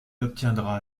obtiendra